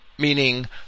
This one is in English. meaning